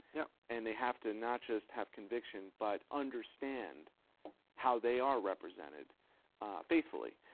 yeah and they have to not just have conviction but understand how they are represented faithfully.